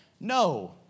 No